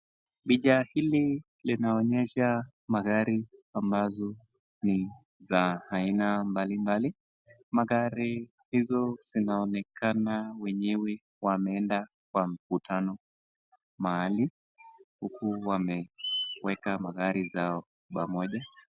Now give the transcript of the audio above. Picha hili linaonyesha magari ambazo ni za aina mbalimbali. Magari hizo zinaoneka wenyewe wameenda kwa mkutano mahali, huku wameweka magari yao pamoja.